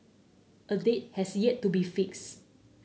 a date has yet to be fixed